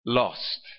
lost